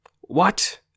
What